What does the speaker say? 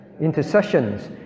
intercessions